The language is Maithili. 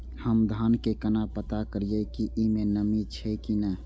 हम धान के केना पता करिए की ई में नमी छे की ने?